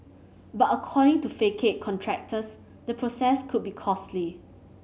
but according to facade contractors the process could be costly